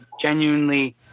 genuinely